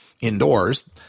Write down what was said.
indoors